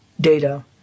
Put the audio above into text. data